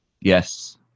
Yes